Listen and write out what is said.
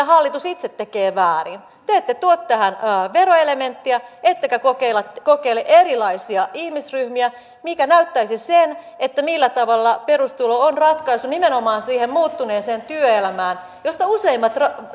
hallitus itse tekee väärin te te ette tuo tähän veroelementtiä ettekä kokeile erilaisia ihmisryhmiä mikä näyttäisi sen millä tavalla perustulo on ratkaisu nimenomaan siihen muuttuneeseen työelämään josta useimmat